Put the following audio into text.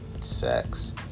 sex